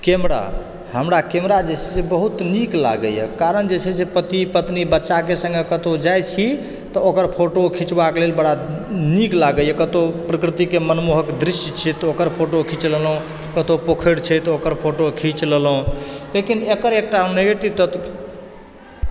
camera हमरा camera जे छै से बहुत नीक लगैया कारण जे छै से पति पत्नी बच्चा के सने कतौ जाइ छी तऽ ओकर फोटो खिचबा के लेल बड़ा नीक लगैया कतौ प्रकृति के मनमोहक दृश्य छै तऽ ओकर फोटो खीच लेलहुॅं कतौ पोखरि छै तऽ ओकर फोटो खीच लेलहुॅं लेकिन एकर एकटा नेगेटिव तत्व